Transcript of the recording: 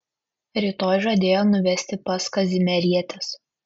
rytoj žadėjo nuvesti pas kazimierietes